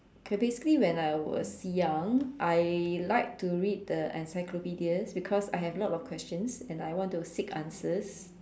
K basically when I was young I liked to read the encyclopedias because I have lot of questions and I want to seek answers